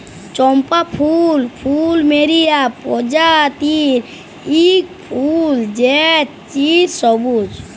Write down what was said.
চম্পা ফুল পলুমেরিয়া প্রজাতির ইক ফুল যেট চিরসবুজ